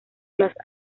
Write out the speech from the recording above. las